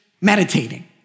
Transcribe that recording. meditating